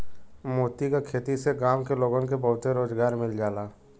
मोती क खेती से गांव के लोगन के बहुते रोजगार मिल जाला